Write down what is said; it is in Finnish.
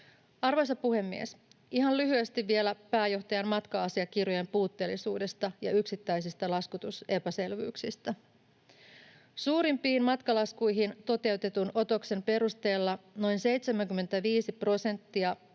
Arvoisa puhemies! Ihan lyhyesti vielä pääjohtajan matka-asiakirjojen puutteellisuudesta ja yksittäisistä laskutusepäselvyyksistä. Suurimpiin matkalaskuihin toteutetun otoksen perusteella noin 75 prosenttia